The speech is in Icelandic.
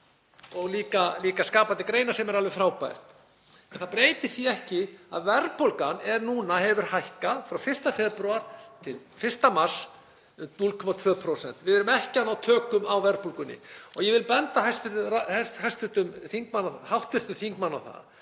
og líka skapandi greinar, sem er alveg frábært. En það breytir því ekki að verðbólgan hefur hækkað frá 1. febrúar til 1. mars um 0,2%. Við erum ekki að ná tökum á verðbólgunni. Ég vil benda hv. þingmanni á það